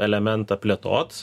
elementą plėtot